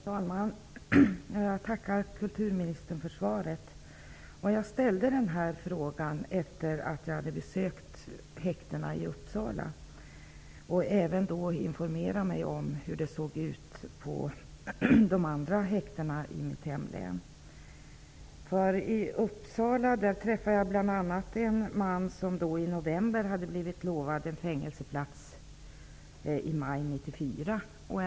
Fru talman! Jag tackar kulturministern för svaret. Jag ställde denna fråga efter det att jag hade besökt häkten i Uppsala och även informerat mig om hur det såg ut på de andra häktena i mitt hemlän. I Uppsala träffade jag bl.a. en man som i november hade blivit lovad en fängelseplats i maj 1994.